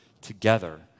together